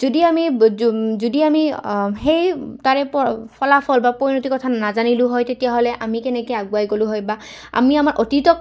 যদি আমি যদি আমি সেই তাৰে ফলাফল বা পৰিণতিৰ কথা নাজানিলোঁ হয় তেতিয়াহ'লে আমি কেনেকৈ আগুৱাই গ'লোঁ হয় বা আমি আমাৰ অতীতক